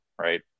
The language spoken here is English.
right